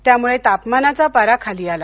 त्यामुळे तापमानाचा पार खाली आला